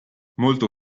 molto